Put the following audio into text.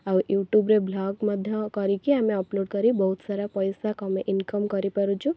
ଆଉ ୟୁଟୁବ୍ରେ ଭ୍ଲଗ୍ ମଧ୍ୟ କରିକି ଆମେ ଅପଲୋଡ଼୍ କରି ବହୁତ ସାରା ପଇସା କମେ ଇନକମ୍ କରିପାରୁଛୁ